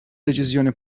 deċiżjoni